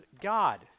God